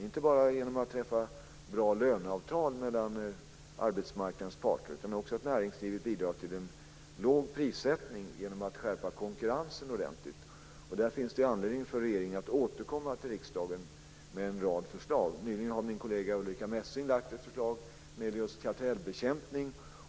Inte bara bör det träffas bra löneavtal mellan arbetsmarknadens parter, utan näringslivet kan också bidra till en låg prissättning genom att skärpa konkurrensen ordentligt. Där finns det anledning för regeringen att återkomma till riksdagen med en rad förslag. Nyligen har min kollega Ulrica Messing lagt fram ett förslag när det gäller just kartellbekämpning.